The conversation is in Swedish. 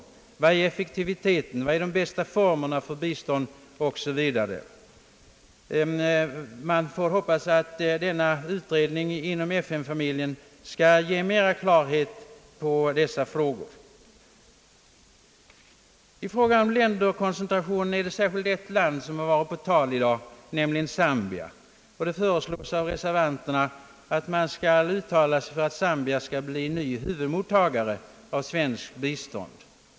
Hur stor är effektiviteten, vilka former för biståndet är de bästa o0.s.v.? Man får hoppas att denna utredning skall ge större klarhet i dessa frågor. I frågan om länderkoncentrationen har särskilt ett land i dag varit på tal, nämligen Zambia. Reservanterna föreslår att riksdagen skall uttala sig för att Zambia skall bli en ny huvudmottagare av svenskt bistånd.